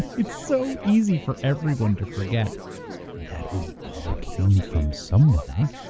it's so easy for everyone to forget that we all came from somewhere.